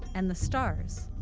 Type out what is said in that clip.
and the stars.